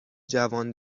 جوان